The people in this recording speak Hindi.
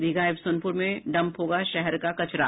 दीघा व सोनपुर में डम्प होगा शहर का कचरा